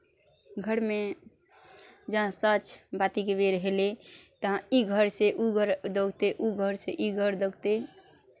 घरमे जहाँ साँझ बातीके बेर भेलै तहाँ ई घरसँ ओ घर दौड़तै ओ घरसँ ई घर दौड़तै